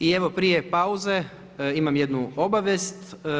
I evo prije pauze imam jednu obavijest.